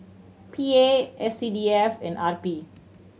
P A S C D F and R P